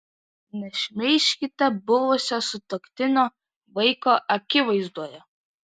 nešmeižkite buvusio sutuoktinio vaiko akivaizdoje